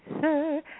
sir